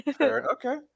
Okay